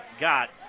got